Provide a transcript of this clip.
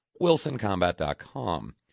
WilsonCombat.com